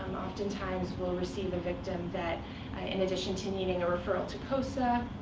oftentimes, we'll receive the victim that in addition to needing a referral to cosa,